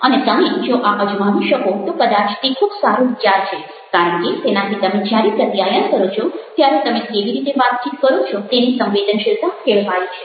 અને તમે જો આ અજમાવી શકો તો કદાચ તે ખૂબ સારો વિચાર છે કારણ કે તેનાથી તમે જ્યારે પ્રત્યાયન કરો છો ત્યારે તમે કેવી રીતે વાતચીત કરો છો તેની સંવેદનશીલતા કેળવાય છે